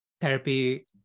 therapy